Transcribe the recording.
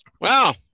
Wow